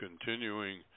continuing